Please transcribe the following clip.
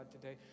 today